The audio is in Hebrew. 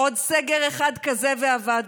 עוד סגר אחד כזה ואבדנו.